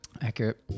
Accurate